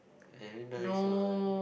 very nice one